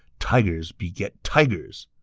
tigers beget tigers!